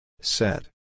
Set